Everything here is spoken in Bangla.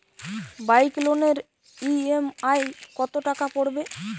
বাইক লোনের ই.এম.আই কত টাকা পড়বে?